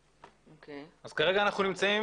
אז כרגע אנחנו נמצאים